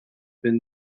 been